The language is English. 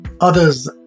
others